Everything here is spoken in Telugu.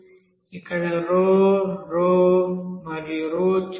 ఇక్కడ మరియు చూడండి